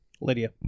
Lydia